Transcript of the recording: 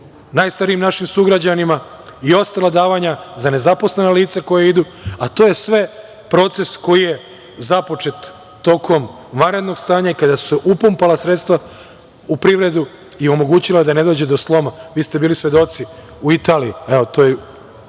najstarijim našim sugrađanima i ostala davanja za nezaposlena lica koja idu, a to je sve proces koji je započet tokom vanrednog stanje i kada su se upumpala sredstva u privredu i omogućila da ne dođu do sloma. Vi ste bili svedoci u Italiji,